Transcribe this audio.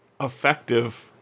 effective